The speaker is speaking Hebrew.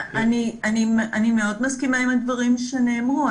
אני מאוד מסכימה עם הדברים שנאמרו,